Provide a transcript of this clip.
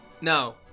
No